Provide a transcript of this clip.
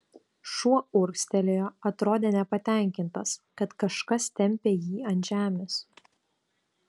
šuo urgztelėjo atrodė nepatenkintas kad kažkas tempia jį ant žemės